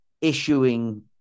issuing